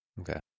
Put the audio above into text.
Okay